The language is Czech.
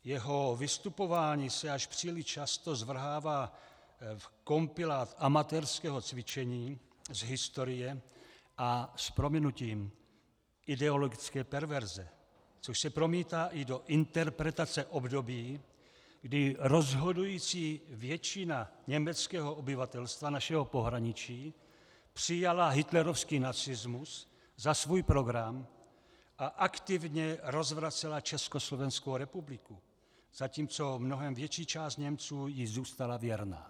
Jeho vystupování se až příliš často zvrhává v kompilát amatérského cvičení z historie a s prominutím ideologické perverze, což se promítá i do interpretace období, kdy rozhodující většina německého obyvatelstva našeho pohraničí přijala hitlerovský nacismus za svůj program a aktivně rozvracela Československou republiku, zatímco mnohem větší část Němců ji zůstala věrna.